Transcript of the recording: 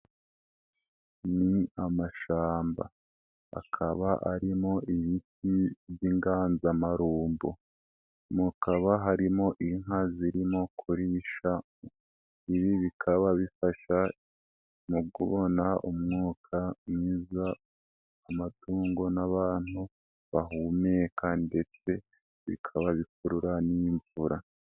Ni amashamba, akaba arimo ibiti by'inganzamarumbo, mukaba harimo inka zirimo kurisha, ibi bikaba bifasha mu kubona umwuka mwiza, amatungo n'abantu bahumeka, ndetse bikaba bikurura n'imvura.